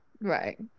Right